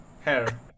hair